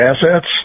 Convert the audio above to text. assets